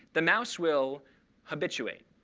the mouse will habituate.